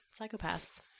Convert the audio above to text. psychopaths